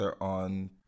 on